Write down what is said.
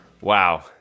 Wow